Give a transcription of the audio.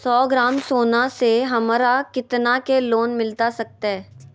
सौ ग्राम सोना से हमरा कितना के लोन मिलता सकतैय?